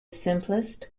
simplest